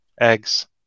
eggs